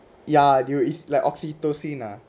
ya dude it's like oxytocin lah